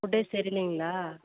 ஃபுட்டே சரியில்லைங்களா